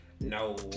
no